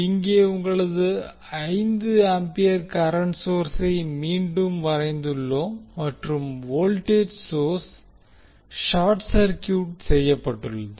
இங்கே உங்களது 5 ampere current சோர்சை மீண்டும் வரைந்துள்ளோம் மற்றும் வோல்டேஜ் சோர்ஸ் ஷார்ட் சர்கியூட் செய்யப்பட்டுள்ளது